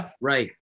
right